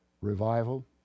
revival